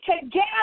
together